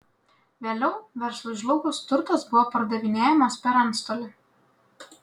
vėliau verslui žlugus turtas buvo pardavinėjamas per antstolį